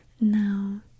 Now